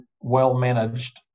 well-managed